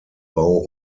bau